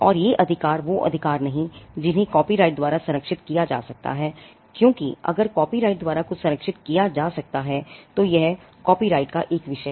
और ये अधिकार वो अधिकार नहीं जिन्हें कॉपीराइट द्वारा संरक्षित किया जा सकता है क्योंकि अगर कॉपीराइट द्वारा कुछ संरक्षित किया जा सकता है तो यह कॉपीराइट का एक विषय है